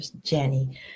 Jenny